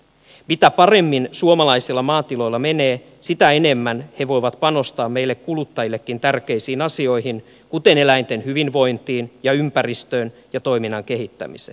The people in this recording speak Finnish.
mitä paremmin suomalaisilla maatiloilla menee sitä enemmän he voivat panostaa meille kuluttajillekin tärkeisiin asioihin kuten eläinten hyvinvointiin ja ympäristöön ja toiminnan kehittämiseen